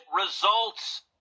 results